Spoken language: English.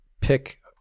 pick